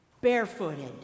barefooted